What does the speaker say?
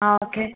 ആ ഓക്കെ